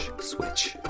switch